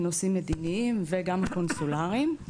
בנושאים מדיניים וגם קונסולריים.